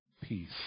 peace